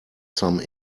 some